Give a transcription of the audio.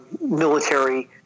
military